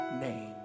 name